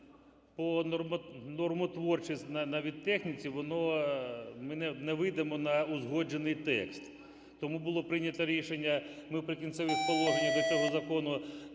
по нормотворчій навіть техніці ми не вийдемо на узгоджений текст. Тому було прийнято рішення. Ми в "Прикінцевих положеннях" до цього закону